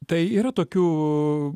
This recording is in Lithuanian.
tai yra tokių